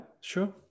sure